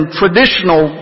traditional